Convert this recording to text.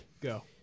go